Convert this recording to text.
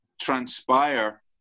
transpire